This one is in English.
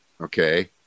Okay